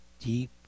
Deep